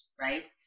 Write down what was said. right